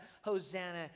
Hosanna